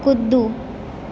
कूदू